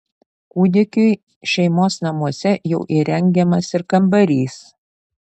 kūdikiui šeimos namuose jau įrengiamas ir kambarys